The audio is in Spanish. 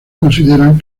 consideran